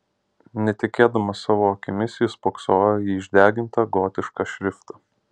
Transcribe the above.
netikėdamas savo akimis jis spoksojo į išdegintą gotišką šriftą